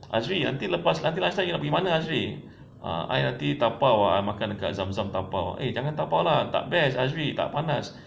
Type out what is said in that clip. azri nanti lepas nanti lunch time you nak pergi mana azri uh I nanti dabao ah makan dekat zam-zam dabao eh jangan dabao lah tak best azri tak panas